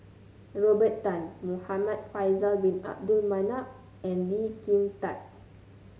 Robert Tan Muhamad Faisal Bin Abdul Manap and Lee Kin Tat